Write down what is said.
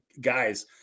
Guys